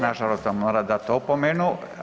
Nažalost vam moram dati opomenu.